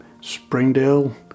Springdale